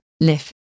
lift